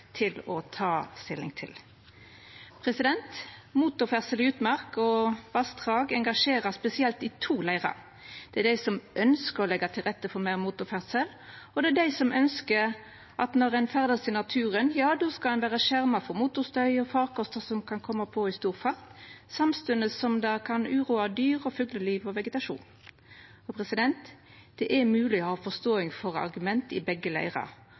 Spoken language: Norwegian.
til å ta stilling til. Motorferdsel i utmark og på vassdrag engasjerer spesielt i to leirar: Det er dei som ønskjer å leggja til rette for meir motorferdsel, og det er dei som ønskjer at når ein ferdast i naturen, ja, då skal ein vera skjerma for motorstøy og farkostar som kan koma på i stor fart, samstundes som det kan uroa dyr, fugleliv og vegetasjon. Det er mogleg å ha forståing for argument frå begge leirar,